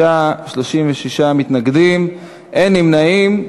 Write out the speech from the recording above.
בעד, 26, 36 מתנגדים, אין נמנעים.